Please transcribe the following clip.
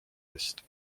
eest